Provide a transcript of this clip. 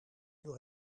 door